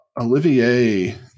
Olivier